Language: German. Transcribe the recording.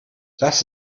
das